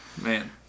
Man